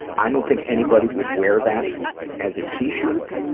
i don't think anybody would wear that as a t-shirt,